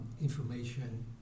information